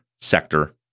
Sector